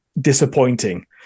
disappointing